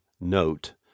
note